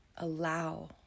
allow